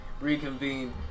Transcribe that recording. reconvene